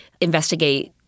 investigate